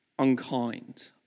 unkind